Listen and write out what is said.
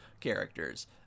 characters